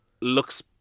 looks